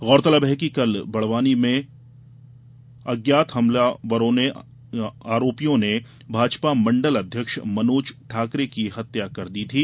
गौरतलब है कि कल बड़वानी में हत्या अज्ञात आरोपियों ने भाजपा मण्डल अध्यक्ष मनोज ठाकरे की कर दी थी